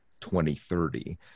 2030